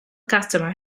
customer